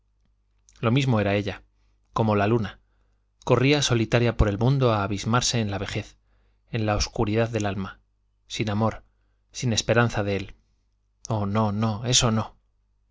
lo mismo era ella como la luna corría solitaria por el mundo a abismarse en la vejez en la obscuridad del alma sin amor sin esperanza de él oh no no eso no